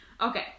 Okay